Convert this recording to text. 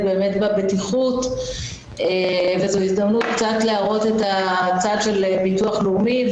בבטיחות וזו הזדמנות קצת להראות את הצד של הביטוח הלאומי,